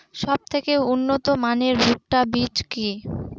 সবথেকে উন্নত মানের ভুট্টা বীজ কি?